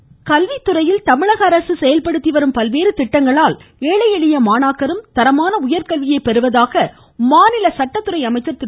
சண்முகம் கல்வித்துறையில் தமிழக அரசு செயல்படுத்தி வரும் பல்வேறு திட்டங்களால் ஏழை எளிய மாணாக்கரும் தரமான உயர்கல்வியை பெறுவதாக மாநில சட்டத்துறை அமைச்சர் திரு